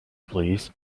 please